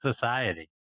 society